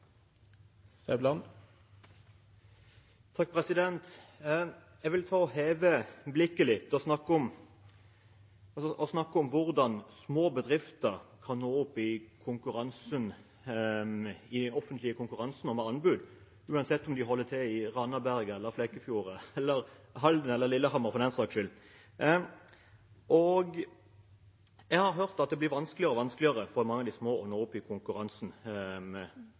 Jeg vil heve blikket litt og snakke om hvordan små bedrifter kan nå opp i offentlige konkurranser om anbud – enten de holder til i Randaberg, Flekkefjord, Halden eller Lillehammer, for den saks skyld. Jeg har hørt fra mange av aktørene selv at det blir vanskeligere og vanskeligere for mange av de små å nå opp i konkurransen,